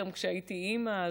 כשהייתי אימא,